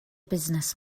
business